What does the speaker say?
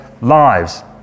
lives